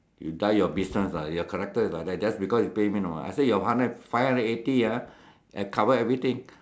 you die your business ah your character is like that just because you pay me no I say your hundred five hundred and eight ah cover everything